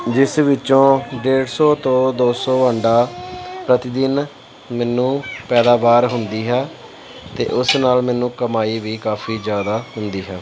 ਜਿਸ ਵਿੱਚੋਂ ਡੇਢ ਸੌ ਤੋਂ ਦੋ ਸੌ ਅੰਡਾ ਪ੍ਰਤੀ ਦਿਨ ਮੈਨੂੰ ਪੈਦਾਵਾਰ ਹੁੰਦੀ ਹੈ ਅਤੇ ਉਸ ਨਾਲ ਮੈਨੂੰ ਕਮਾਈ ਵੀ ਕਾਫੀ ਜ਼ਿਆਦਾ ਹੁੰਦੀ ਹੈ